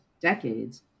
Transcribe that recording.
decades